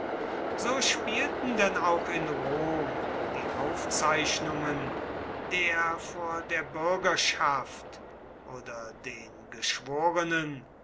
so spielten denn auch in rom die aufzeichnungen der vor der bürgerschaft oder den geschworenen